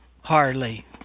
hardly